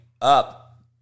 up